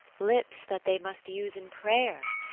lips that they must use in prayer.